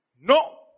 No